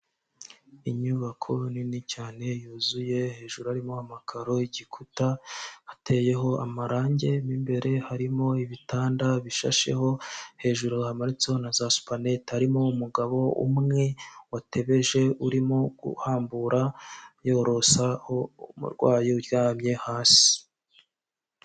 Inyubako nini cyane yuzuye, hejuru harimo amakaro, igikuta hateyeho amarange, mo imbere harimo ibitanda bishasheho, hejuru hamanitseho na za supanete. Harimo umugabo umwe, watebeje urimo guhambura, yorosa umurwayi uryamye hasi.